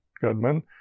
Goodman